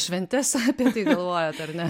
šventes apie tai galvojot ar ne